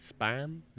Spam